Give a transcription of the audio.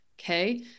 okay